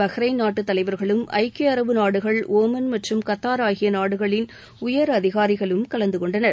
Bahrain நாட்டு தலைவர்களும் ஐக்கிய அரபு நாடுகள் ஓமன் மற்றும் கத்தார் ஆகிய நாடுகளின் உயர் அதிகாரிகளும் கலந்து கொண்டனர்